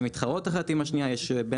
הן מתחרות זו בזו.